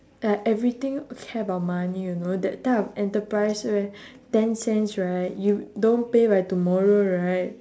ah everything care about money you know that type of enterprise where ten cents right you don't pay by tomorrow right